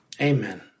Amen